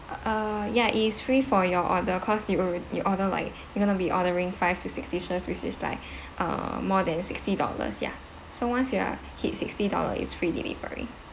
uh ya is free for your order cause you you order like you're gonna be ordering five to six dishes which is like uh more than sixty dollars ya so once you are hit sixty dollar is free delivery